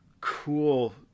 cool